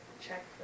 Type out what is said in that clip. check